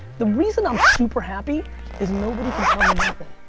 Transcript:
the reason i'm super happy is nobody can tell me nothing.